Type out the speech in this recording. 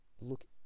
look